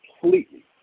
completely